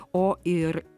o ir